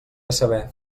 saber